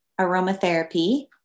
aromatherapy